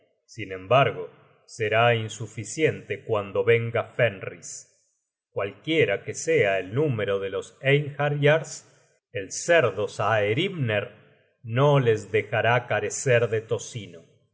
sin embargo será insuficiente cuando venga fenris cualquiera que sea el número de los einhaeryars el cerdo saehrimner no les dejará carecer de tocino